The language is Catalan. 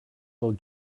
del